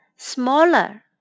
Smaller